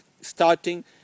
starting